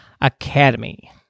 Academy